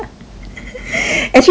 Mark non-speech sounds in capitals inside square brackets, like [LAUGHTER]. [NOISE] actually no no no